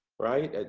right,